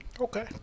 okay